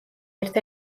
ერთ